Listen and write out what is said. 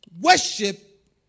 worship